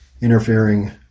interfering